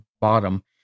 bottom